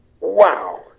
wow